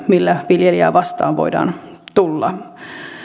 millä viljelijää vastaan voidaan tulla